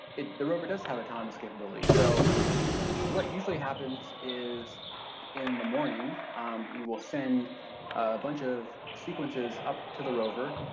the rover does have autonomous capability. so what usually happens is in the morning we will send a bunch of sequences up to the rover,